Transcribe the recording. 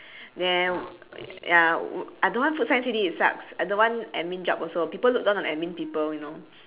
then ya wou~ I don't want food science already it sucks I don't want admin jobs also people look down on admin people you know